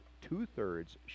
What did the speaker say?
two-thirds